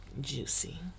juicy